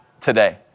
today